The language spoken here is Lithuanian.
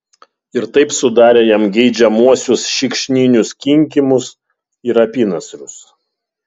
ir taip sudarė jam geidžiamuosius šikšninius kinkymus ir apynasrius